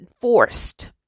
forced